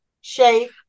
shape